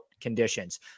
conditions